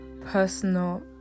personal